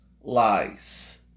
lies